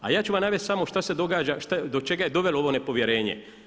A ja ću vam navesti samo šta se događa, do čega je dovelo ovo nepovjerenje.